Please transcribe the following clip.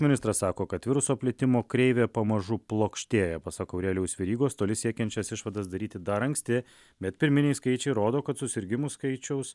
ministras sako kad viruso plitimo kreivė pamažu plokštėja pasak aurelijaus verygos toli siekiančias išvadas daryti dar anksti bet pirminiai skaičiai rodo kad susirgimų skaičiaus